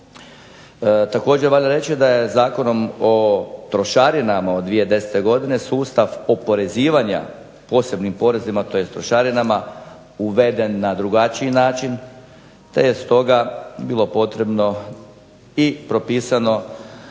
Također valja reći da je Zakonom o trošarinama od 2010. godine sustav oporezivanja posebnim porezima tj. trošarinama uveden na drugačiji način te je stoga bilo potrebno i propisano